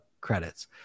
credits